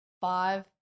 five